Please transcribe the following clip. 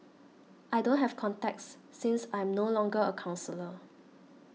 I don't have contacts since I am no longer a counsellor